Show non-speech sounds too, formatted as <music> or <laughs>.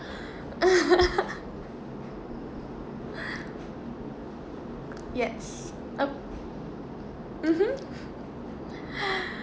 <laughs> yes mmhmm